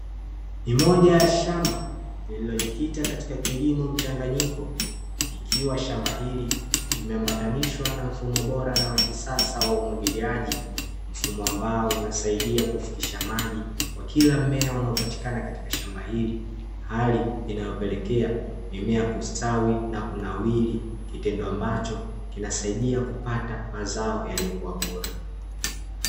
Ni moja ya shamba, lililojikita katika kilimo mchanganyiko ikiwa shamba hili limeambatanishwa na mfumo bora na wa kisasa wa umwagiliaji, mfumo ambao unasaidia kufikisha maji kwa kila mmea unaopatikana katika shamba hili. Hali inayopelekea mimea kustawi na kunawiri, kitendo ambacho kinasaidia kupata mazao yaliyobora.